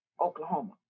Oklahoma